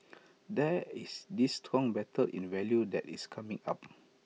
there is this strong battle in value that is coming up